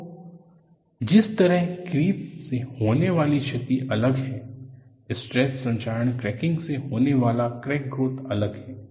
तो जिस तरह क्रीप से होने वाली क्षति अलग है स्ट्रेस संक्षारण क्रैकिंग से होने वाला क्रैक ग्रोथ अलग है